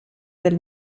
del